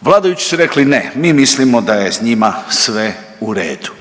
Vladajući su rekli ne, mi mislimo da je njima sve u redu.